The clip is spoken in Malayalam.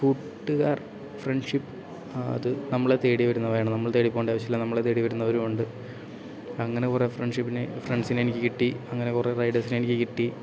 കൂട്ടുകാർ ഫ്രണ്ട്ഷിപ്പ് അത് നമ്മളെ തേടി വരുന്നവയാണ് നമ്മൾ തേടി പോകേണ്ട ആവശ്യമില്ല നമ്മെ തേടി വരുന്നവരുണ്ട് അങ്ങനെ കുറെ ഫ്രണ്ട്ഷിപ്പിന് ഫ്രണ്ട്സിനെ എനിക്ക് കിട്ടി അങ്ങനെ കുറെ റൈഡേഴ്സിനെ എനിക്ക് കിട്ടി